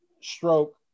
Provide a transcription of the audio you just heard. stroke